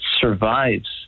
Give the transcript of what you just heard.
survives